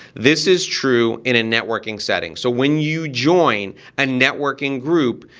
this is true in a networking setting. so when you join a networking group,